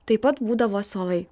taip pat būdavo suolai